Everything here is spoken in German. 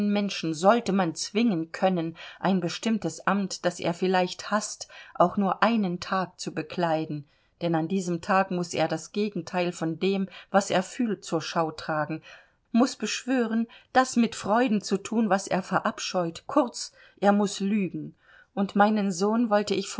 menschen sollte man zwingen können ein bestimmtes amt das er vielleicht haßt auch nur einen tag zu bekleiden denn an diesem tag muß er das gegenteil von dem was er fühlt zur schau tragen muß beschwören das mit freuden zu thun was er verabscheut kurz er muß lügen und meinen sohn wollte ich